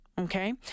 okay